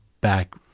back